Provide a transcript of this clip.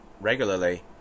regularly